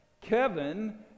Kevin